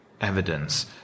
evidence